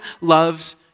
loves